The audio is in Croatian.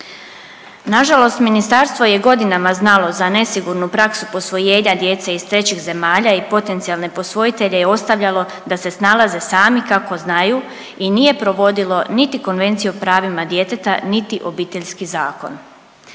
Nažalost ministarstvo je godinama znalo za nesigurnu praksu posvojenja djece iz trećih zemalja i potencijalne posvojitelje je ostavljalo da se snalaze sami kako znaju i nije provodilo niti Konvenciju o pravima djeteta, niti Obiteljski zakon.